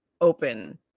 open